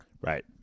Right